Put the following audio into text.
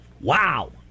Wow